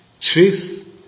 Truth